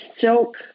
silk